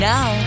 Now